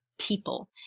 people